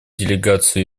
делегацию